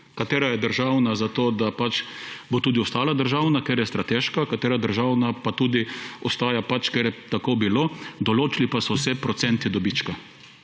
katera je državna, zato da bo tudi ostala državna, ker je strateška, katera državna ostaja, ker je pač tako bilo, določili pa so se procenti dobička.